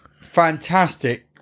fantastic